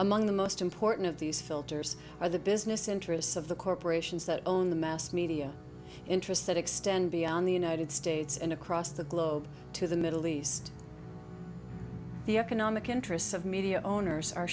the most important of these filters are the business interests of the corporations that own the mass media interests that extend beyond the united states and across the globe to the middle east the economic interests of media owners are